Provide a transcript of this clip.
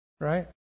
right